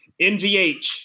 NVH